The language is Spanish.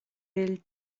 del